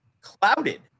clouded